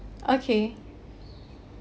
okay